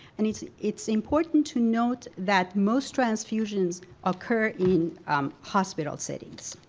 and it's it's important to note that most transfusions occur in hospital settings.